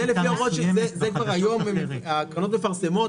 זה כבר היום הקרנות מפרסמות.